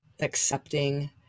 accepting